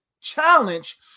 challenge